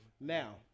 Now